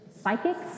psychics